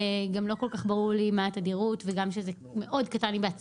אבל לא כל כך ברור לי מה התדירות שלהם והאם